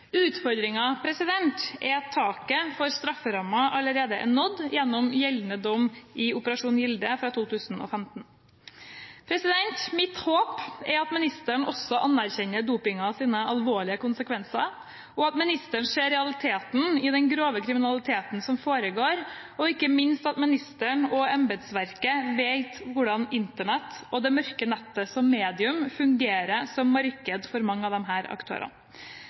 er at taket for strafferammen allerede er nådd gjennom gjeldende dom i Operasjon Gilde fra 2015. Mitt håp er at ministeren også anerkjenner dopingens alvorlige konsekvenser, og at ministeren ser realiteten i den grove kriminaliteten som foregår, og ikke minst at ministeren og embetsverket vet hvordan Internett og det mørke nettet som medium fungerer som marked for mange av disse aktørene.